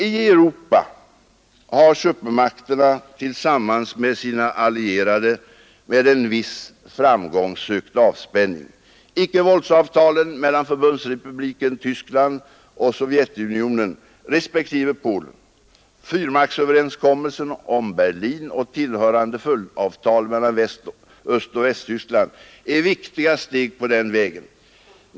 I Europa har supermakterna tillsammans med sina allierade med en viss framgång sökt avspänning. Icke-våldsavtalen mellan förbundsrepubliken Tyskland och Sovjetunionen respektive Polen, fyrmaktsöverenskommelsen om Berlin och tillhörande följdavtal mellan Östoch Västtyskland är viktiga steg på den vägen.